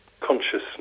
consciousness